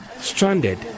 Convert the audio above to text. stranded